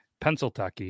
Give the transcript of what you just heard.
Pennsylvania